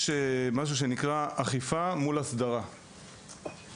יש משהו שנקרא ׳אכיפה מול הסדרה׳,